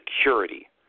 security